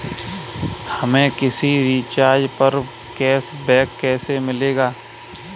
हमें किसी रिचार्ज पर कैशबैक कैसे मिलेगा?